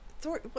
Thor